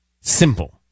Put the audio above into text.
Simple